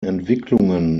entwicklungen